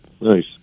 nice